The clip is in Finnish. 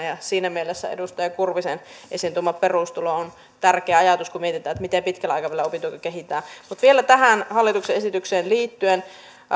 siinä mielessä edustaja kurvisen esiin tuoma perustulo on tärkeä ajatus kun mietitään miten pitkällä aikavälillä opintotukea kehitetään mutta vielä tähän hallituksen esitykseen liittyen